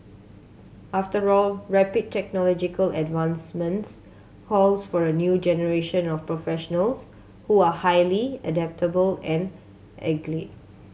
after all rapid technological advancements calls for a new generation of professionals who are highly adaptable and